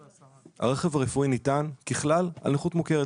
הרכב הרפואי ניתן ככלל על נכות מוכרת,